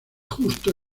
justo